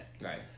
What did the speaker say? right